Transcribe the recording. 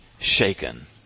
shaken